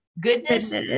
goodness